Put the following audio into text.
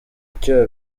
icyo